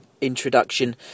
introduction